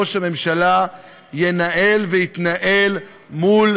שראש הממשלה ינהל ויתנהל מול